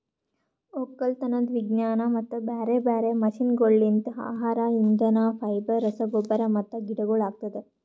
ಒಕ್ಕಲತನದ್ ವಿಜ್ಞಾನ ಮತ್ತ ಬ್ಯಾರೆ ಬ್ಯಾರೆ ಮಷೀನಗೊಳ್ಲಿಂತ್ ಆಹಾರ, ಇಂಧನ, ಫೈಬರ್, ರಸಗೊಬ್ಬರ ಮತ್ತ ಗಿಡಗೊಳ್ ಆಗ್ತದ